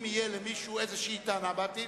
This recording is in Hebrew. אם תהיה למישהו טענה כלשהי בעתיד,